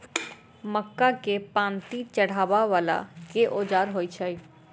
मक्का केँ पांति चढ़ाबा वला केँ औजार होइ छैय?